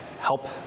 help